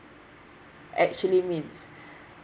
actually means